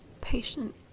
patient